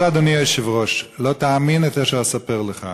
אבל, אדוני היושב-ראש, לא תאמין את אשר אספר לך,